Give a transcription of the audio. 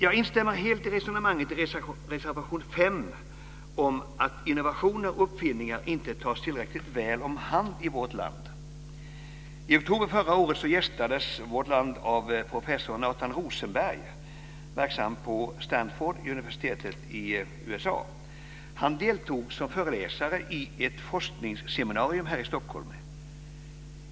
Jag instämmer helt i resonemanget i reservation 5 om att innovationer och uppfinningar inte tas tillräckligt väl om hand i vårt land. I oktober förra året gästades vårt land av professor Nathan Han deltog som föreläsare i ett forskningsseminarium här i Stockholm.